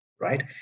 right